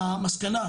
המסקנה,